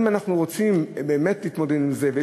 אם אנחנו רוצים באמת להתמודד עם זה,